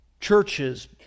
churches